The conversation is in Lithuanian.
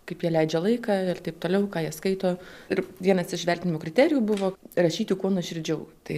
kaip jie leidžia laiką ir taip toliau ką jie skaito ir vienas iš vertinimo kriterijų buvo rašyti kuo nuoširdžiau tai